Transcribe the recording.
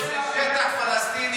זה שטח פלסטיני,